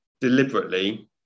deliberately